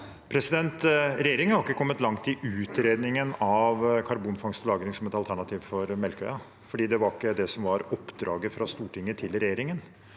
Regjeringen har ikke kommet langt i utredningen av karbonfangst og lagring som et alternativ for Melkøya, for det var ikke det som var oppdraget fra Stortinget til regjeringen.